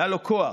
היה לו כוח,